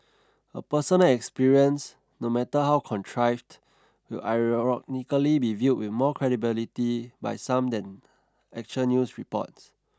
a personal experience no matter how contrived will ironically be viewed with more credibility by some than actual news reports